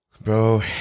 Bro